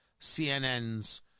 CNN's